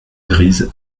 grise